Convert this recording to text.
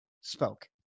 spoke